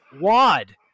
Wad